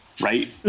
Right